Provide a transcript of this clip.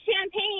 champagne